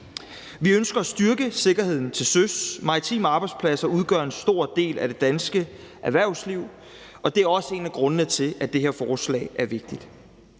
Vi ønsker at styrke sikkerheden til søs. Maritime arbejdspladser udgør en stor del af det danske erhvervsliv, og det er også en af grundene til, at det her forslag er vigtigt.